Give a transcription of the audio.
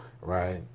right